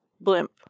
blimp